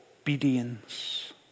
Obedience